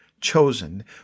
Chosen